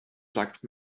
sagt